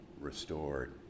restored